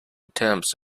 terms